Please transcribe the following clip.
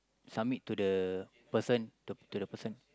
summit to the person to to the person